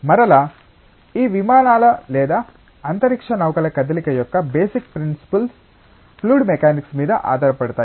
మరలా ఈ విమానాల లేదా అంతరిక్ష నౌకల కదలిక యొక్క బేసిక్ ప్రిన్సిపుల్స్ ఫ్లూయిడ్ మెకానిక్స్ మీద ఆధారపడతాయి